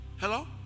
Hello